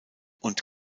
und